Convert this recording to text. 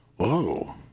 Whoa